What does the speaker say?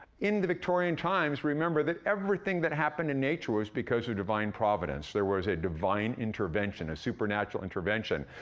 in the victorian times, remember that everything that happened in nature was because of divine providence. there was a divine intervention, a supernatural intervention,